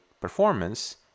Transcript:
performance